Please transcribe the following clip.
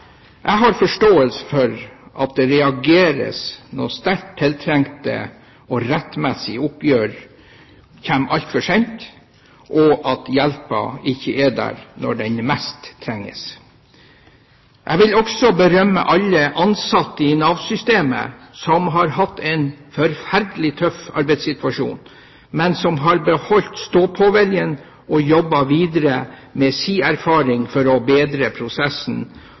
Jeg har forståelse for at det reageres når sterkt tiltrengte og rettmessige oppgjør kommer altfor sent, at hjelpen ikke er der når den trengs mest. Jeg vil også berømme alle ansatte i Nav-systemet, som har hatt en forferdelig tøff arbeidssituasjon, men som har beholdt stå på-viljen og jobbet videre med sin erfaring for å bedre prosessen